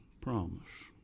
Promise